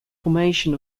formation